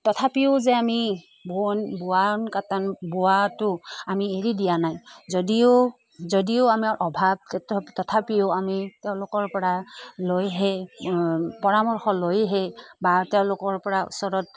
তথাপিও যে আমি বোৱন বোৱন কটা বোৱাটো আমি এৰি দিয়া নাই যদিও যদিও আমাৰ অভাৱ তথাপিও আমি তেওঁলোকৰপৰা লৈহে পৰামৰ্শ লৈহে বা তেওঁলোকৰপৰা ওচৰত